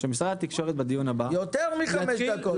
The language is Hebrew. שמשרד התקשורת בדיון הבא יצביע מה המדדים --- יותר מחמש דקות.